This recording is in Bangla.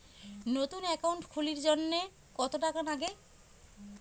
নতুন একাউন্ট খুলির জন্যে কত টাকা নাগে?